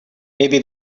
maybe